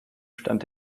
stand